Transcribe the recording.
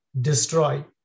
destroy